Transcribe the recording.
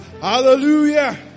Hallelujah